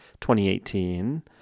2018